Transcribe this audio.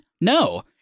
No